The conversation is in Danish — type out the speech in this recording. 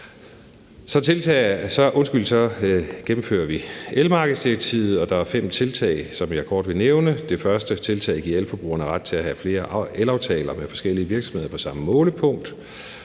Så gennemfører vi elmarkedsdirektivet, og der er fem tiltag, som jeg kort vil nævne. Det første tiltag giver elforbrugerne ret til at have flere elaftaler med forskellige virksomheder på samme målepunkt.